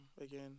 again